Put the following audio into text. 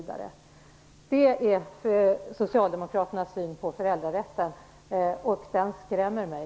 Det är socialdemokraternas syn på föräldrarätten, och den skrämmer mig.